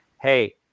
hey